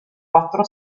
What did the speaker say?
quattro